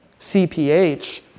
CPH